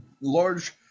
large